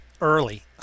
early